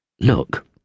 Look